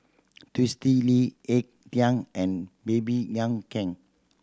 Twisstii Lee Ek Tieng and Baby Yam Keng